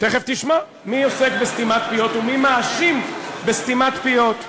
תכף תשמע מי עוסק בסתימת פיות ומי מאשים בסתימת פיות.